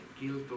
guilt